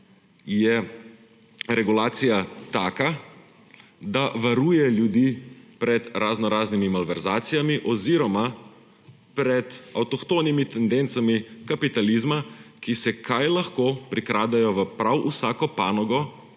je regulacija taka, da varuje ljudi pred raznoraznimi malverzacijami oziroma pred avtohtonimi tendencami kapitalizma, ki se kaj lahko prikradejo v prav vsako panogo